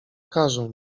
każą